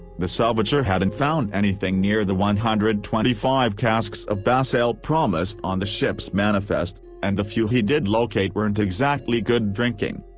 the salvager hadn't found anything near the one hundred and twenty five casks of bass ale promised on the ship's manifest, and the few he did locate weren't exactly good drinking.